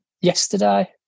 yesterday